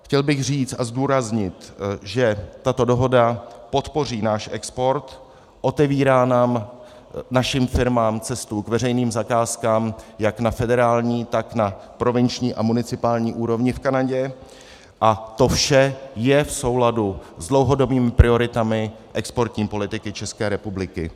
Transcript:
Chtěl bych říci a zdůraznit, že tato dohoda podpoří náš export, otevírá nám, našim firmám, cestu k veřejným zakázkám jak na federální, tak na provinční a municipální úrovni v Kanadě, a to vše je v souladu s dlouhodobými prioritami exportní politiky České republiky.